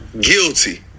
Guilty